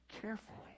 carefully